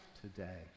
today